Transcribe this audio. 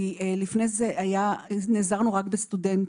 כי לפני זה נעזרנו רק בסטודנט